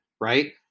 right